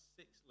six